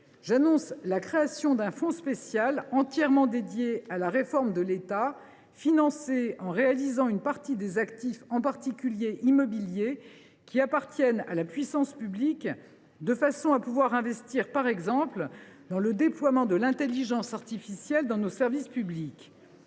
J’annonce la création d’un fonds spécial entièrement dédié à la réforme de l’État, financé en réalisant une partie des actifs, en particulier immobiliers, qui appartiennent à la puissance publique, de façon à investir, par exemple, en faveur du déploiement de l’intelligence artificielle (IA) dans nos services publics.